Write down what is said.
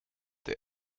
der